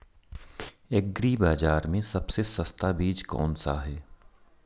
Agree बाज़ार में सबसे सस्ता बीज कौनसा है?